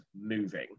moving